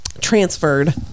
transferred